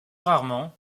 rarement